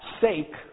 sake